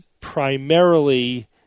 primarily